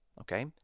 okay